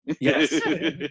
Yes